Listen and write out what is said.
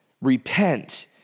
Repent